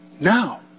Now